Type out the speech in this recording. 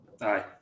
Aye